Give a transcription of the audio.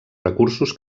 recursos